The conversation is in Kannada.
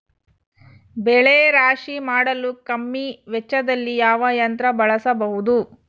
ಬೆಳೆ ರಾಶಿ ಮಾಡಲು ಕಮ್ಮಿ ವೆಚ್ಚದಲ್ಲಿ ಯಾವ ಯಂತ್ರ ಬಳಸಬಹುದು?